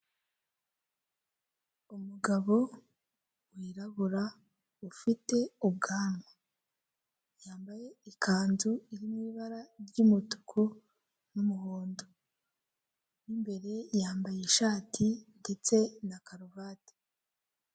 Umugabo wirabura ufite ubwanwa yambaye ikanzu iririmo ibara ry'umutuku n'umuhondo mo imbere yambaye ishati ndetse na karuvati.